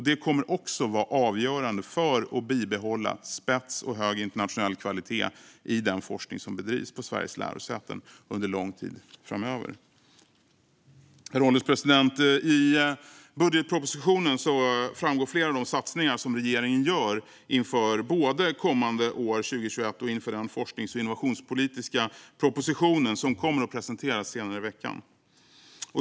Det kommer också att vara avgörande för att bibehålla spets och hög internationell kvalitet i den forskning som bedrivs på Sveriges lärosäten under lång tid framöver. Herr ålderspresident! I budgetpropositionen framgår flera av de satsningar som regeringen gör inför både kommande år 2021 och inför den forsknings och innovationspolitiska propositionen som kommer att presenteras senare i veckan.